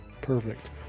Perfect